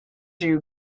you